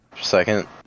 second